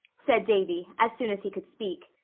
said davy, as soon as he could speak,